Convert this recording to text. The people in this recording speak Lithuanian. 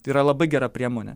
tai yra labai gera priemonė